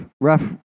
rough